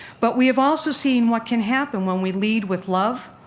but we have also seen what can happen when we lead with love,